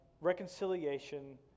reconciliation